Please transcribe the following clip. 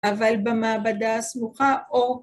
‫אבל במעבדה סמוכה אור